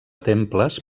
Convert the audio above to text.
temples